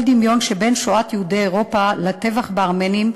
דמיון שבין שואת יהודי אירופה לטבח בארמנים,